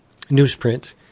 newsprint